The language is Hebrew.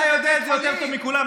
אתה יודע את זה יותר טוב מכולם.